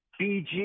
BG